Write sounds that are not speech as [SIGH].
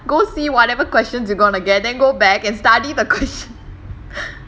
no you go in front go see whatever questions you're going to get then go back and study the questions [LAUGHS]